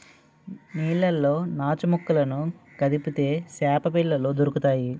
నీళ్లలో నాచుమొక్కలను కదిపితే చేపపిల్లలు దొరుకుతాయి